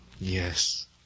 Yes